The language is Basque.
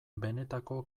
benetako